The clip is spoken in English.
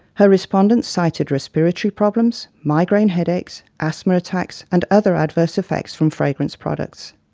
her respondents cited respiratory problems, migraine headaches, asthma attacks, and other adverse effects from fragranced products.